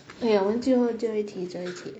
对我问最后最后一题